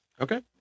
Okay